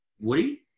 Woody